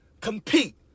compete